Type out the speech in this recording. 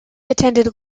attended